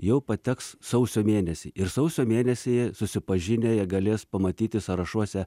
jau pateks sausio mėnesį ir sausio mėnesį susipažinę jie galės pamatyti sąrašuose